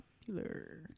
popular